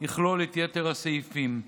יכלול את יתר הסעיפים.